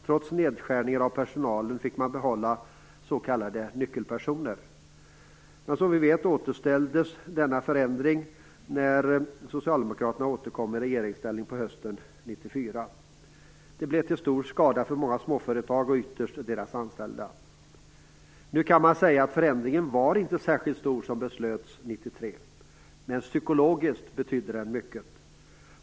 Trots nedskärningar av personalen fick man behålla s.k. nyckelpersoner. Men som vi vet återställde Socialdemokraterna denna förändring när de återkom hösten 1994. Det blev till stor skada för många småföretag, och ytterst för deras anställda. Nu kan man säga att förändringen som beslutades 1993 inte var särskilt stor. Men psykologiskt betydde den mycket.